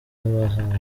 abahawe